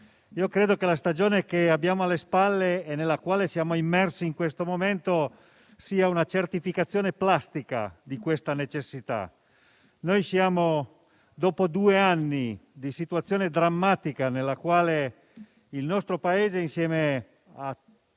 Io credo che la stagione che abbiamo alle spalle e nella quale siamo immersi in questo momento sia una certificazione plastica di questa necessità. Dopo due anni di situazione drammatica, nel corso della quale il nostro Paese, insieme a